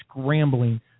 scrambling